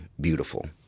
beautiful